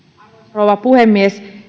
rouva puhemies